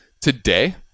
today